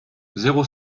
zéro